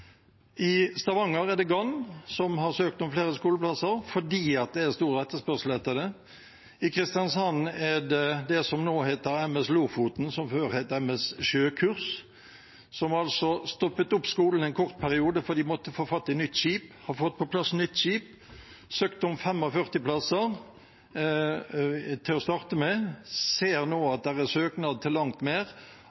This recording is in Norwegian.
I Stavanger er det skoleskipet Gann som har søkt om flere skoleplasser, fordi det er stor etterspørsel etter det. I Kristiansand er det det som nå heter MS «Lofoten», og som før het MS «Sjøkurs», som stoppet opp skolen en kort periode fordi de måtte få fatt i et nytt skip. De har fått på plass nytt skip og søkt om 45 plasser til å starte med. De ser nå